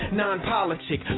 non-politic